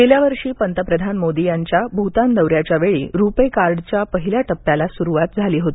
गेल्या वर्षी पंतप्रधान मोदी यांच्या भूतान दौऱ्याच्या वेळी रूपे कार्डच्या पहिल्या टप्प्याला सुरुवात झाली होती